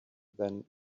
than